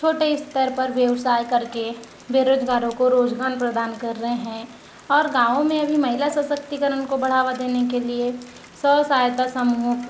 छोटे स्तर पर व्यवसाय करके बेरोज़गारों को रोज़गार प्रदान कर रहे हैं और गाँव में भी महिला सशक्तिकरण को बढ़ावा देने के लिए स्व सहायता समूह